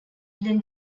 then